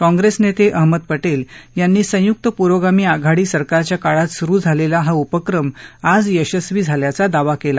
काँग्रेस नेते अहमद पटेल यांनी संयुक्त पुरोगामी आघाडी सरकारच्या काळात सुरु झालेला हा उपक्रम आज यशस्वी झाल्याचा दावा केला